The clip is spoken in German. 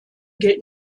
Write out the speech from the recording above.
gilt